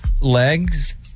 legs